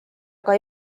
aga